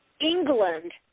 England